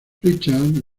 richards